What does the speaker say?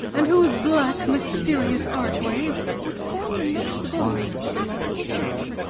and whose black mysterious archways would form the next goals of a logical search.